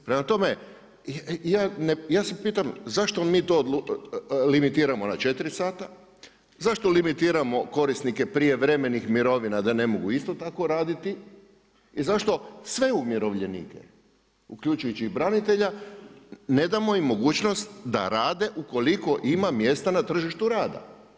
Prema tome, ja se pitam zašto mi to limitiramo na 4 sata, zašto limitiramo korisnike prijevremenih mirovina da ne mogu isto tako raditi i zašto sve umirovljenike uključujući i branitelja, ne damo im mogućnost da rade ukoliko ima mjesta na tržištu rada?